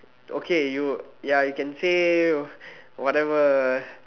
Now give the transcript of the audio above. okay you ya you can say whatever